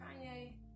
Kanye